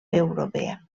europea